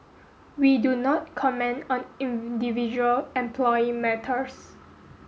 we do not comment on individual employee matters